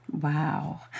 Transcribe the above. Wow